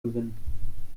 gewinnen